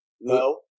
No